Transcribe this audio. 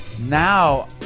Now